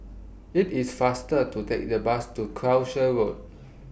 IT IS faster to Take The Bus to Croucher Road